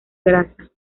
grasa